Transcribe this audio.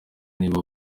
niba